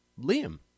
Liam